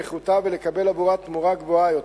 איכותה ולקבל עבורה תמורה גבוהה יותר.